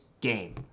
game